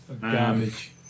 Garbage